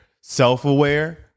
self-aware